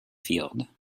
field